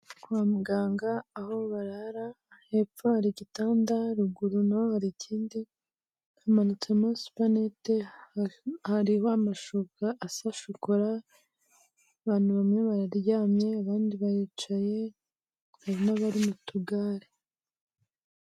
Kwa muganga aho barara, hepfo hari igitanda, ruguru n'aho hari ikindi, hamanitsemo supanete, hariho amashuka asa shokora, abantu bamwe bararyamye abandi baricaye, hari n'abari mu tugare.